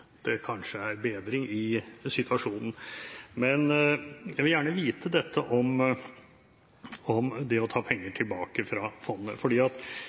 det kanskje er bedring i situasjonen. Jeg vil gjerne vite mer om det å ta penger ut fra fondet. Retorikken skjønner jeg, at